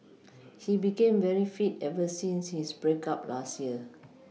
he became very fit ever since his break up last year